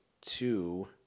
two